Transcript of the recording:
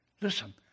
Listen